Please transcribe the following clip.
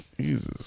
Jesus